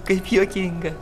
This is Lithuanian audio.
kaip juokinga